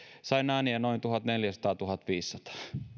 sain ääniä noin tuhatneljäsataa viiva tuhatviisisataa